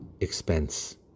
expense